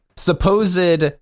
supposed